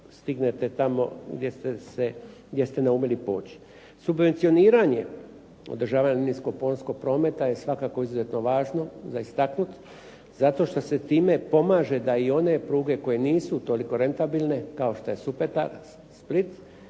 stignete tamo gdje ste naumili poći. Subvencioniranjem, održavanjem … /Govornik se ne razumije./… prometa je svakako izuzetno važno za istaknuti zato što se time pomaže da i one pruge koje nisu toliko rentabilne kao što je Supetar, Split,